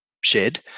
shed